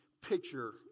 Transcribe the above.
picture